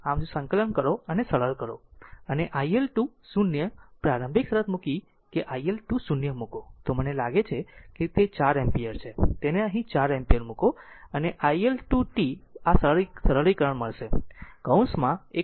આમ જો સંકલન કરો અને સરળ કરો અને iL2 0 પ્રારંભિક શરત મૂકી કે iL2 0 મૂકો તો મને લાગે છે કે તે 4 એમ્પીયર છે તેને અહીં 4 એમ્પીયર મૂકો અને iL2 t આ સરળીકરણ મળશે કૌંસમાં 1